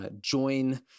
join